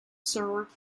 served